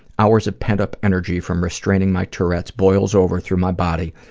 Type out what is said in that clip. hours of pent-up energy from restraining my tourette's boils over through my body,